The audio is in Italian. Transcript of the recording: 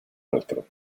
altro